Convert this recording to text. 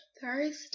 Thursday